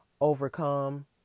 overcome